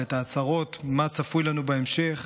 ואת ההצהרות מה צפוי לנו בהמשך,